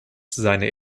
seine